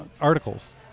articles